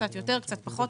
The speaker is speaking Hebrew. קצת יותר או קצת פחות,